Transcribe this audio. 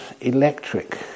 electric